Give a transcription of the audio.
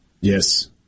Yes